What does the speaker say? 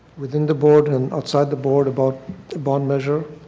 within the board and outside the board about the bond measure.